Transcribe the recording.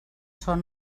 son